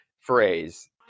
phrase